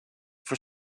for